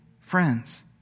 friends